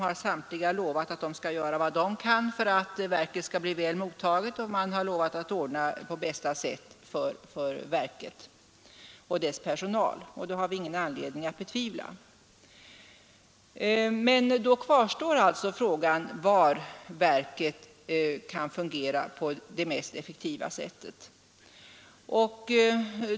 På samtliga platser har man lovat att göra vad man kan för att verket skall bli väl mottaget och att ordna på bästa sätt för verket och dess personal, och det har vi ingen anledning att betvivla. Därmed kvarstår frågan var verket kan fungera på det mest effektiva sättet.